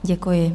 Děkuji.